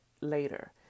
later